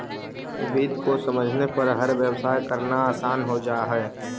वित्त को समझने पर हर व्यवसाय करना आसान हो जा हई